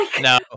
no